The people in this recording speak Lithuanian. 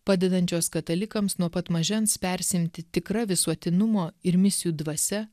padedančios katalikams nuo pat mažens persiimti tikra visuotinumo ir misijų dvasia